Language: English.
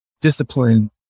discipline